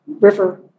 River